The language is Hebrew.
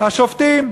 השופטים.